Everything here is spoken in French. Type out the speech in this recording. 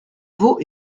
vaux